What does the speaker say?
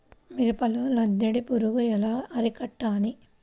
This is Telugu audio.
మిరపలో లద్దె పురుగు ఎలా అరికట్టాలి?